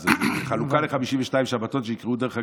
חלוקה ל-52 שבתות, שיקראו, דרך אגב,